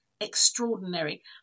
extraordinary